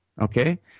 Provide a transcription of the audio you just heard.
okay